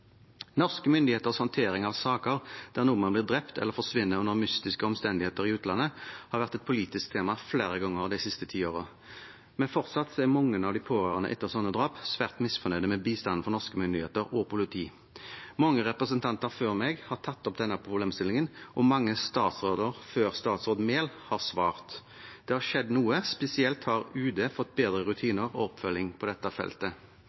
Norske myndigheters håndtering av saker der nordmenn blir drept eller forsvinner under mystiske omstendigheter i utlandet, har vært et politisk tema flere ganger de siste tiårene, men fortsatt er mange av de pårørende etter slike drap svært misfornøyde med bistanden fra norske myndigheter og politi. Mange representanter før meg har tatt opp denne problemstillingen, og mange statsråder før statsråd Mehl har svart. Det har skjedd noe, spesielt har UD fått bedre rutiner og oppfølging på dette feltet.